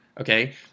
Okay